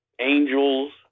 angels